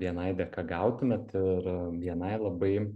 bni dėka gautumėt ir bni labai